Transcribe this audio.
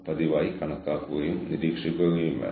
ആരൊക്കെ എന്തൊക്കെ ചെയ്യണം